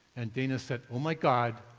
and dana said, oh my god,